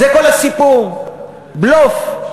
זה כל הסיפור, בלוף.